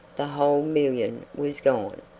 the whole million was gone,